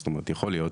זאת אומרת יכול להיות,